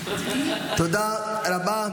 תודה רבה.